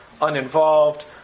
uninvolved